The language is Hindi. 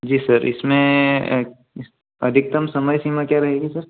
जी सर इसमें अधिकतम समय सीमा क्या रहेगी सर